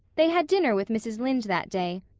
they had dinner with mrs. lynde that day,